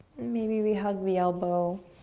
maybe we hug the elbow.